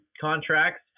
contracts